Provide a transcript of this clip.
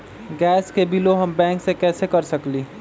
Gas के बिलों हम बैंक से कैसे कर सकली?